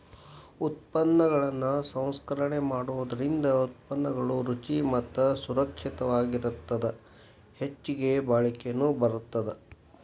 ಉತ್ಪನ್ನಗಳ ಸಂಸ್ಕರಣೆ ಮಾಡೋದರಿಂದ ಉತ್ಪನ್ನಗಳು ರುಚಿ ಮತ್ತ ಸುರಕ್ಷಿತವಾಗಿರತ್ತದ ಹೆಚ್ಚಗಿ ಬಾಳಿಕೆನು ಬರತ್ತದ